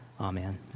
Amen